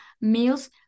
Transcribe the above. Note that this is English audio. meals